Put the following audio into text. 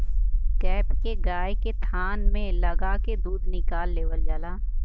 cap के गाय के थान में लगा के दूध निकाल लेवल जाला